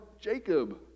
Jacob